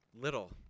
Little